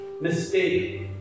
mistake